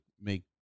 make